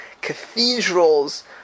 cathedrals